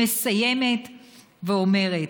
והיא מסיימת ואומרת: